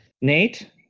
Nate